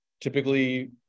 typically